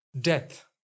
death